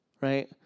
right